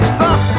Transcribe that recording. Stop